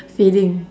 feeding